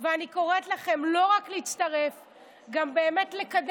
אני מבקש שתבקש מהאנשים להיות קצת